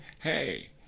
Hey